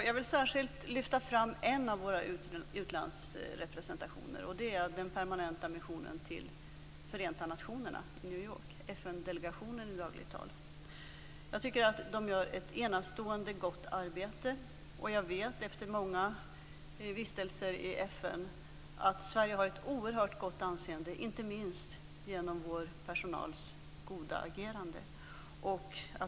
Jag vill särskilt lyfta fram en av våra utlandsrepresentationer, nämligen den permanenta missionen till Förenta nationerna i New York, FN-delegationen i dagligt tal. Jag tycker att de gör ett enastående gott arbete. Och jag vet efter många vistelser i FN att Sverige har ett oerhört gott anseende inte minst genom vår personals goda agerande.